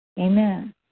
Amen